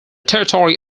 territory